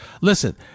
listen